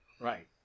Right